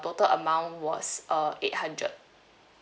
total amount was uh eight hundred